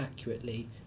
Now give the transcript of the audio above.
accurately